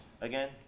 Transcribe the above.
Again